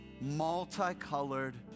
multicolored